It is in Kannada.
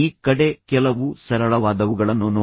ಈ ಕಡೆ ಕೆಲವು ಸರಳವಾದವುಗಳನ್ನು ನೋಡಿ